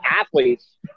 athletes